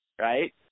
Right